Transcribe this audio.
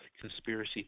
conspiracy